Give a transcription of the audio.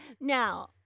now